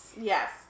Yes